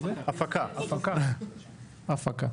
הפקת